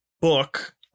book